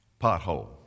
pothole